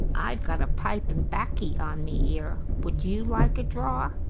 i've got a pipe and baccy on me ere. would you like a draw?